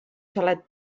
xalet